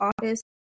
office